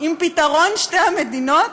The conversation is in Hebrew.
עם פתרון שתי המדינות?